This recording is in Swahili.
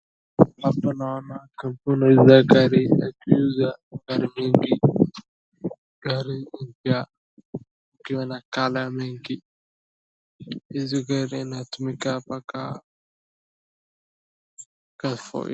Hapa naona kampuni la gari likiuza gari mingi. Gari mpya ikiwa na colour mengi. Hizi gari inatumika mpaka, mpaka...